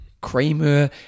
Kramer